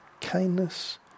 kindness